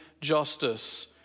justice